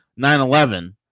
9-11